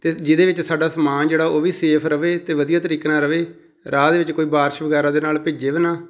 ਅਤੇ ਜਿਹਦੇ ਵਿੱਚ ਸਾਡਾ ਸਮਾਨ ਜਿਹੜਾ ਉਹ ਵੀ ਸੇਫ ਰਹੇ ਅਤੇ ਵਧੀਆ ਤਰੀਕੇ ਨਾਲ ਰਹੇ ਰਾਹ ਦੇ ਵਿੱਚ ਕੋਈ ਬਾਰਸ਼ ਵਗੈਰਾ ਦੇ ਨਾਲ ਭਿੱਜੇ ਵੀ ਨਾ